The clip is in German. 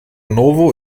novo